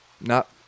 not-